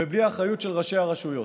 ובלי האחריות של ראשי הרשויות.